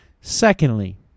Secondly